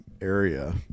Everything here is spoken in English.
area